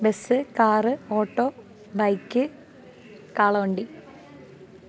bus car auto bike കാളവണ്ടി